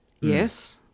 yes